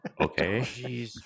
Okay